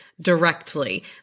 directly